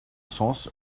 sens